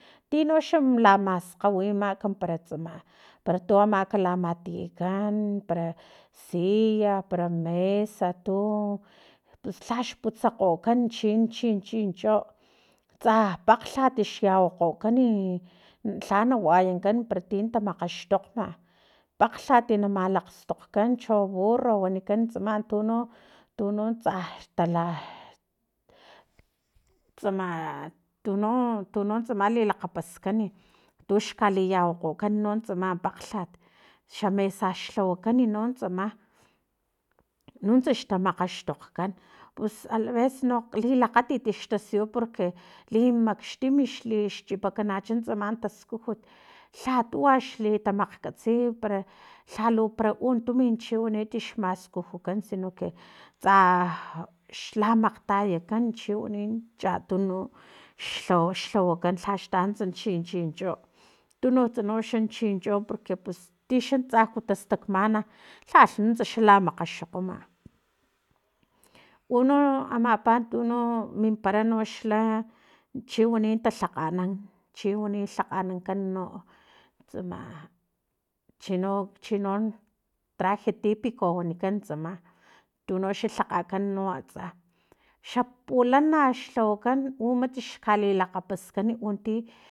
Tinoxa lamaskgawimak para tsama para tu amak lamatiyakan para silla para mesa tu pus lhax putsakgokan chi chi chincho tsa pakglhat xyawakgokan i lha na wayankgokan para ti tamakgaxtakgma pakglhat malakgstokgkan cho burro wanikan tsama tuno tuno tsa xtala tsama tuno tuno tsama tu lakgapaskan tux kaliyawakgokan tsama pakglhat xa mesa xlhawakan no tsama nuntsa xtamakgasxtokgkan pus alves no lilakgatit xtasiyu porque limaxtim xli xli chipakanacha tsama taskujut lha tuwa xla xlitamakgkatsi para lhalu para un tumin chiwanit xmaskujukan sino que tsa xlamakgtayakan chiwanit chatunu xlhawo lhawakan lhax tanuntsa chincho tununktsa chincho porque pus tixan tsa tastakmana lhalh nuntsa xa lamakgaxokgoma uno amapa tuno mimpara ax la chi wani ta lhakganan chiwani lhakganankan no tsama chino chinon traje tipico wanikan tsama tuno xa lhakgakan no atsa xa pulana xlhawakan umat xkali lakgapaskan inti